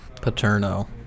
Paterno